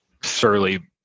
Surly